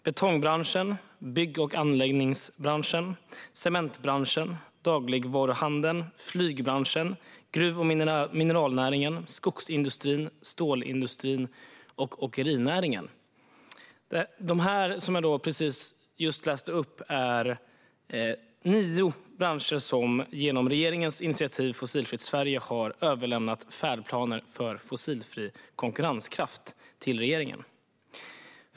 Betongbranschen, bygg och anläggningsbranschen, cementbranschen, dagligvaruhandeln, flygbranschen, gruv och mineralnäringen, skogsindustrin, stålindustrin och åkerinäringen - de här nio branscherna har genom regeringens initiativ Fossilfritt Sverige överlämnat färdplaner för fossilfri konkurrenskraft till regeringen.